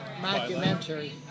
documentary